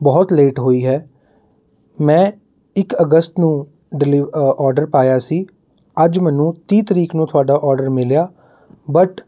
ਬਹੁਤ ਲੇਟ ਹੋਈ ਹੈ ਮੈਂ ਇੱਕ ਅਗਸਤ ਨੂੰ ਆਰਡਰ ਪਾਇਆ ਸੀ ਅੱਜ ਮੈਨੂੰ ਤੀਹ ਤਰੀਕ ਨੂੰ ਤੁਹਾਡਾ ਆਰਡਰ ਮਿਲਿਆ ਬਟ